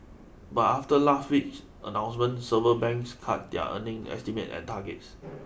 but after last week's announcement several banks cut their earnings estimates and targets